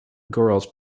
girls